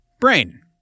Brain